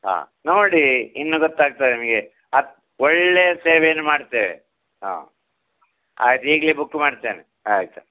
ಹಾಂ ನೋಡಿ ಇನ್ನು ಗೊತ್ತಾಗ್ತದೆ ನಿಮಗೆ ಹತ್ ಒಳ್ಳೆಯ ಸೇವೆಯನ್ನು ಮಾಡ್ತೇವೆ ಹಾಂ ಆಯ್ತು ಈಗಲೆ ಬುಕ್ ಮಾಡ್ತೇನೆ ಆಯ್ತಾಯ್ತು